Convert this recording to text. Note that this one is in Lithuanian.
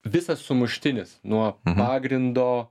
visas sumuštinis nuo pagrindo